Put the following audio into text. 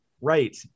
Right